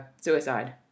suicide